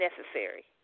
necessary